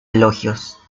elogios